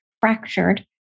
fractured